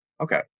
okay